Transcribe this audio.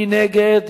מי נגד?